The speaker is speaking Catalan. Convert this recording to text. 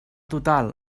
total